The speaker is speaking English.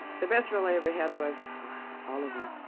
the best role i ever had was all of them.